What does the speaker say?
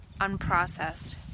unprocessed